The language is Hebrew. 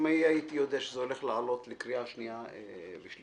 אם הייתי יודע שזה הולך לעלות לקריאה שנייה ושלישית,